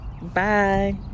bye